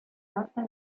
norte